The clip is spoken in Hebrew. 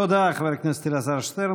תודה, חבר הכנסת אלעזר שטרן.